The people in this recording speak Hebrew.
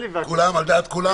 על דעת כולם?